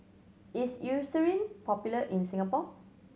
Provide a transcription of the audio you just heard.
is Eucerin popular in Singapore